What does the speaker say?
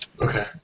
Okay